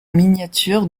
miniature